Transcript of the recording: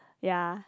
ya